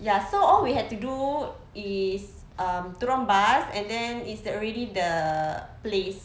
ya so all we had to do is um turun bus and then it's already the place